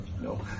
no